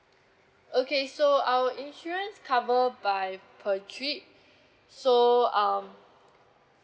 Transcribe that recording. okay so our insurance cover by per trip so um